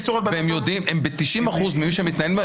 האם ב-90% מאלו שמתנהלים מולם,